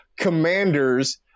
Commanders